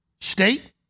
state